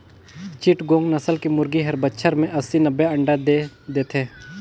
चिटगोंग नसल के मुरगी हर बच्छर में अस्सी, नब्बे अंडा दे देथे